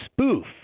spoof